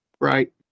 right